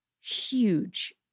huge